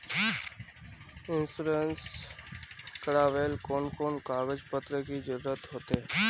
Insurance करावेल कोन कोन कागज पत्र की जरूरत होते?